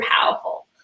powerful